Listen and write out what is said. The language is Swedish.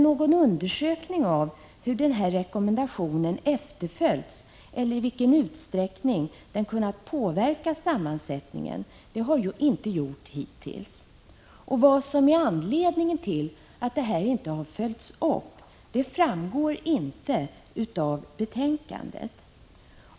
Någon undersökning av hur rekommendationen efterföljts eller i vilken utsträckning den kunnat påverka sammansättningen har hittills inte gjorts. Vad som är anledningen till att frågan inte följts upp framgår inte av betänkandet.